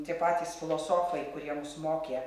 tie patys filosofai kurie mus mokė